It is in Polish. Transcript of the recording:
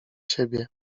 ciebie